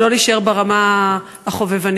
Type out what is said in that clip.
ולא להישאר ברמה החובבנית.